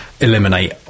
eliminate